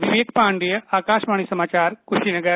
विवेक पाण्डेय आकाशवाणी समाचार कुशीनगर